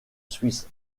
suisse